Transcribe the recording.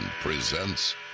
presents